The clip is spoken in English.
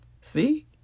See